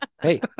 Hey